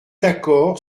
d’accord